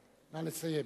נא לסיים.